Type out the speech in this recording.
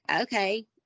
okay